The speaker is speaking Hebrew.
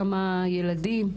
כמה ילדים?